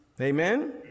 amen